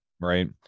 right